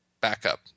backup